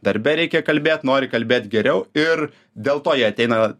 darbe reikia kalbėt nori kalbėt geriau ir dėl to jie ateina